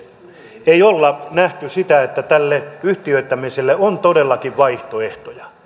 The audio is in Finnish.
ei ole nähty sitä että tälle yhtiöittämiselle on todellakin vaihtoehtoja